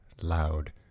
loud